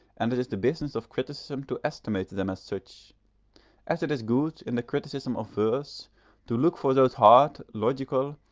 and it is the business of criticism to estimate them as such as it is good in the criticism of verse to look for those hard, logical,